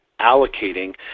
allocating